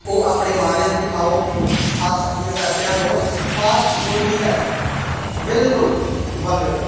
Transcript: ओह् अपने मां दे हत्थै दी खाओ साग सब्जियें आह्ली सैड ध्यान देओ फास्ट फूड गी ते बिल्कुल बंद करो